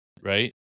right